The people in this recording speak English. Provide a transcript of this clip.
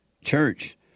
church